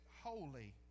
holy